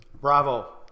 Bravo